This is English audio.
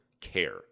care